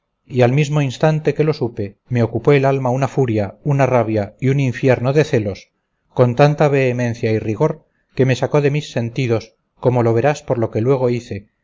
y al mismo instante que lo supe me ocupó el alma una furia una rabia y un infierno de celos con tanta vehemencia y rigor que me sacó de mis sentidos como lo verás por lo que luego hice